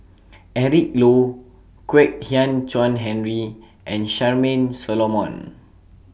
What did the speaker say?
Eric Low Kwek Hian Chuan Henry and Charmaine Solomon